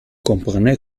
comprenez